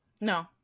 No